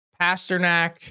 Pasternak